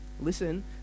listen